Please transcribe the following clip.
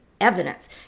evidence